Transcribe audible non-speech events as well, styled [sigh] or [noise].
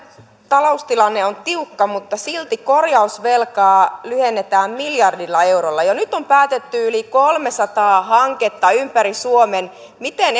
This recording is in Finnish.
taloustilanne on tiukka mutta silti korjausvelkaa lyhennetään miljardilla eurolla jo nyt on päätetty yli kolmesataa hanketta ympäri suomen miten [unintelligible]